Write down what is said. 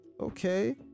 okay